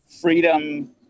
freedom